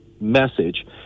message